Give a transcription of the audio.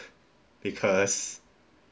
because